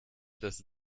das